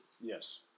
Yes